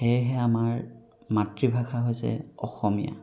সেয়েহে আমাৰ মাতৃভাষা হৈছে অসমীয়া